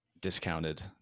discounted